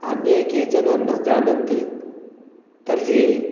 अन्ये केचन न जानन्ति तर्हि